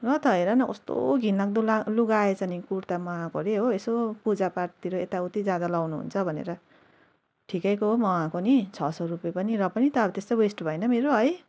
र त होइन न कस्तो घिनलाग्दो लुगा आएछ नि कुर्ता मगाएको अरे हो यसो पूजापाठतिर यता उती जाँदा लाउनु हुन्छ भनेर ठिकैको मगाएको नि छ सौ रुपेियाँ पनि र पनि त त्यस्तो वेस्ट भएन मेरो है